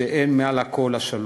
שהוא מעל הכול השלום.